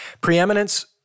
preeminence